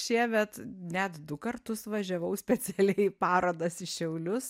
šiemet net du kartus važiavau specialiai į parodas į šiaulius